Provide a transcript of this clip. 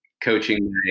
coaching